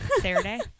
Saturday